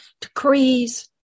decrees